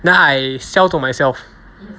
then I sell to myself